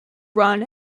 run